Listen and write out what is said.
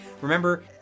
Remember